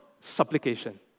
supplication